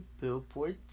billboard